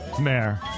Mayor